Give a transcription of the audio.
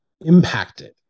impacted